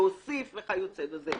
להוסיף וכיוצא בזה.